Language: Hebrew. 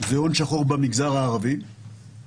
זה החיבור של מה שאתה אומר לשקף.